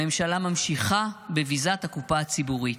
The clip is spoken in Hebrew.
הממשלה ממשיכה בביזת הקופה הציבורית,